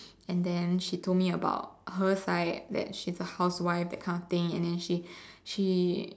and then she told me about her side that she's a housewife that kind of thing and then she she